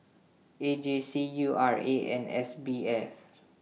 A J C U R A and S B F